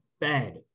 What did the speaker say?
bad